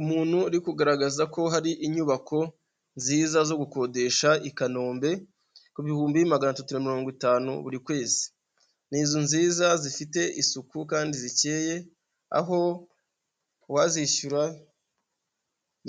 Umuntu uri kugaragaza ko hari inyubako nziza zo gukodesha i Kanombe, ku bihumbi magana atatu na mirongo itanu buri kwezi. Ni inzu nziza zifite isuku kandi zikeye, aho uwazishyura